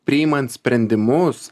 priimant sprendimus